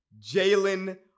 Jalen